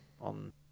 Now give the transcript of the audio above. on